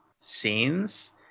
scenes